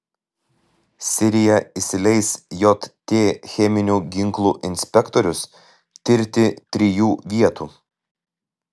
sirija įsileis jt cheminių ginklų inspektorius tirti trijų vietų